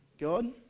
God